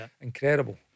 incredible